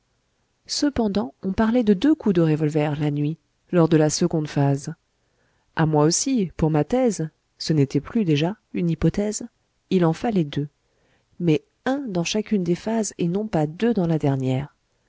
cependant on parlait de deux coups de revolver la nuit lors de la seconde phase à moi aussi pour ma thèse ce n'était plus déjà une hypothèse il en fallait deux mais un dans chacune des phases et non pas deux dans la dernière